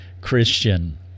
Christian